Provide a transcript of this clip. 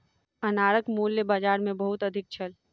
अनारक मूल्य बाजार मे बहुत अधिक छल